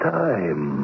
time